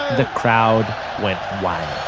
the crowd went wild